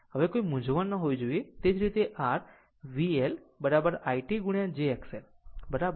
આમ હવે કોઈ મૂંઝવણ ન થવી જોઈએ તે જ રીતે r VL i t j XL બરાબર